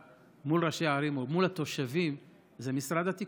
מול ראשי הערים או מול התושבים זה משרד התקשורת.